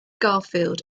garfield